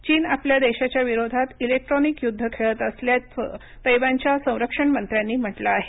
चीन आपल्या देशाच्या विरोधात इलेक्ट्रॉनिक युद्ध खेळत असल्याचं तैवानच्या संरक्षणमंत्र्यांनी म्हटलं आहे